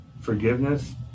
forgiveness